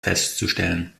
festzustellen